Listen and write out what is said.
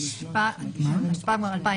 התשפ"א-2021